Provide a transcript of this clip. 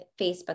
Facebook